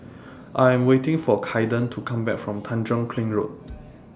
I Am waiting For Kaiden to Come Back from Tanjong Kling Road